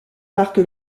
marque